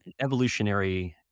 evolutionary